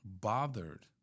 bothered